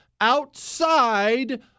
outside